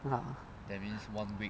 ah